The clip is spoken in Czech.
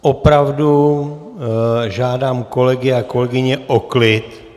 Opravdu žádám kolegy a kolegyně o klid.